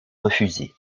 refusés